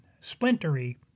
splintery